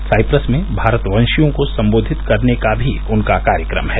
Cyprus में भारतवशियों को संबोधित करने का भी उनका कार्यक्रम है